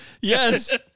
Yes